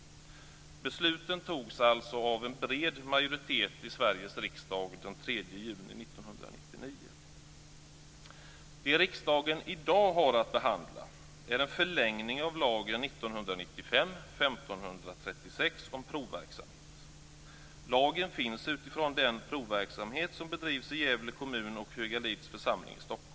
Besluten fattades alltså av en bred majoritet i Det riksdagen i dag har att behandla är en förlängning av lagen om provverksamhet. Lagen finns utifrån den provverksamhet som bedrivs i Gävle kommun och Högalids församling i Stockholm.